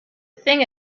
thing